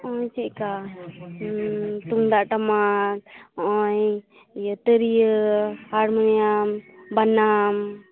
ᱪᱮᱫᱞᱮᱠᱟ ᱛᱩᱢᱫᱟᱜ ᱴᱟᱢᱟᱠ ᱦᱚᱜᱼᱚᱭ ᱛᱤᱨᱤᱭᱟᱹ ᱦᱟᱨᱢᱟᱹᱱᱤᱭᱟᱢ ᱵᱟᱱᱟᱢ